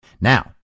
Now